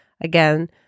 again